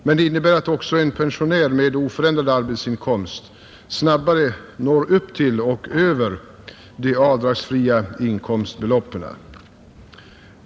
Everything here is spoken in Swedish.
Det innebär emellertid att också en pensionär med oförändrad arbetsinkomst snabbare når upp till och över de avdragsfria beloppen.